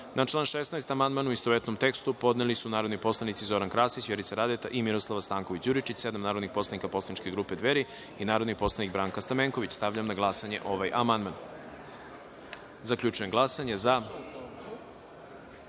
član 23. amandman, u istovetnom tekstu, podneli su narodni poslanici Zoran Krasić, Vjerica Radeta i Petar Jojić, sedam narodnih poslanika poslaničke grupe Dveri i narodni poslanik Branka Stamenković. Stavljam na glasanje ovaj amandman. Zaključujem glasanje: za